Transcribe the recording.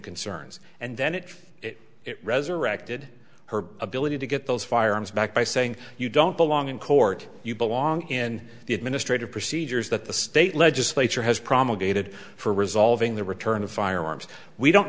concerns and then it it resurrected her ability to get those firearms back by saying you don't belong in court you belong in the administrative procedures that the state legislature has promulgated for resolving the return of firearms we don't